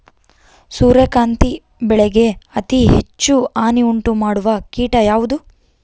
ಸೂರ್ಯಕಾಂತಿ ಬೆಳೆಗೆ ಅತೇ ಹೆಚ್ಚು ಹಾನಿ ಉಂಟು ಮಾಡುವ ಕೇಟ ಯಾವುದು?